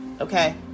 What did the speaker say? okay